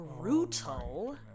brutal